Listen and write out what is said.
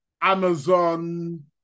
Amazon